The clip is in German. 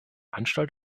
anstalt